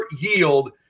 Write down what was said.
yield